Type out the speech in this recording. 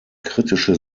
kritische